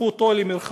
לקחו אותו למרחק